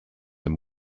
and